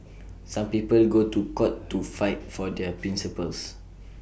some people go to court to fight for their principles